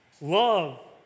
Love